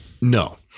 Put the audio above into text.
No